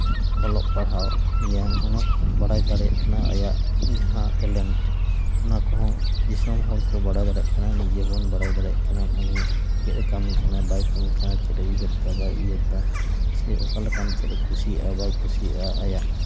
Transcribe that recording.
ᱚᱞᱚᱜ ᱯᱟᱲᱦᱟᱜ ᱜᱮᱭᱟᱱ ᱚᱱᱟ ᱠᱚ ᱵᱟᱲᱟᱭ ᱫᱟᱲᱮᱭᱟᱜ ᱠᱟᱱᱟ ᱟᱭᱟᱜ ᱡᱟᱦᱟᱸ ᱴᱮᱞᱮᱱᱴ ᱚᱱᱟ ᱠᱚᱦᱚᱸ ᱫᱤᱥᱚᱢ ᱦᱚᱲᱠᱚ ᱵᱟᱲᱟᱭ ᱫᱟᱲᱮᱜ ᱠᱟᱱᱟ ᱱᱤᱡᱮ ᱦᱚᱢ ᱵᱟᱲᱟᱭ ᱫᱟᱲᱮᱜ ᱠᱟᱱᱟ ᱩᱱᱤ ᱪᱮᱫ ᱮ ᱠᱟᱹᱢᱤ ᱠᱟᱱᱟ ᱵᱟᱭ ᱠᱟᱹᱢᱤ ᱠᱟᱱᱟ ᱪᱮᱫ ᱮ ᱩᱭᱦᱟᱹᱨᱮᱫᱟ ᱵᱟᱭ ᱩᱭᱦᱟᱹᱨᱮᱫᱟ ᱥᱮ ᱚᱠᱟ ᱞᱮᱠᱟᱱ ᱪᱮᱫ ᱮ ᱠᱩᱥᱤᱭᱟᱜᱼᱟ ᱵᱟᱭ ᱠᱩᱥᱤᱭᱟᱜᱼᱟ ᱟᱭᱟᱜ